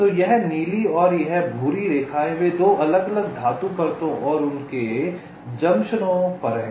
तो यह नीली और यह भूरी रेखाएं वे 2 अलग अलग धातु परतों और उनके जंक्शनों पर हैं